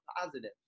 positive